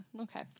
okay